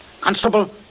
Constable